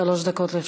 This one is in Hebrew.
שלוש דקות לרשותך.